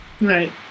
Right